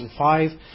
2005